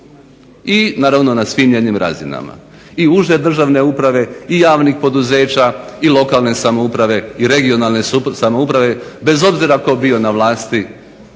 I naravno na svim njenim razinama. I uže državne uprave i javnih poduzeća i lokalne samouprave i regionalne samouprave bez obzira tko bio na vlasti